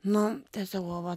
nu tiesiog va va